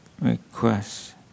request